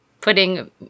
putting